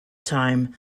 time